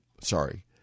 sorry